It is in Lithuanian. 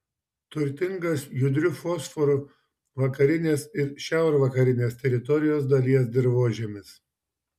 turtingas judriu fosforu vakarinės ir šiaurvakarinės teritorijos dalies dirvožemis